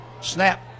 Snap